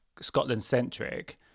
Scotland-centric